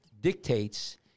dictates